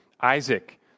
Isaac